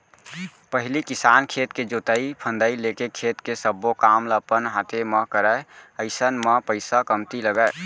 पहिली किसान खेत के जोतई फंदई लेके खेत के सब्बो काम ल अपन हाते म करय अइसन म पइसा कमती लगय